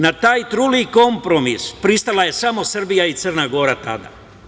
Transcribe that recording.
Na taj truli kompromis pristala je samo Srbija i Crna Gora tada.